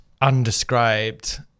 undescribed